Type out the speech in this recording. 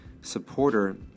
supporter